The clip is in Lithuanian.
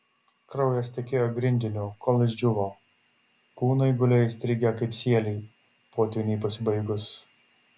kraujas tekėjo grindiniu kol išdžiūvo kūnai gulėjo įstrigę kaip sieliai potvyniui pasibaigus